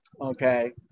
Okay